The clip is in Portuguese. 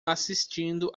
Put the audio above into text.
assistindo